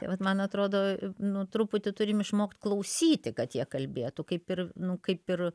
vat man atrodo nu truputį turim išmokt klausyti kad jie kalbėtų kaip ir nu kaip ir